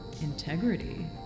integrity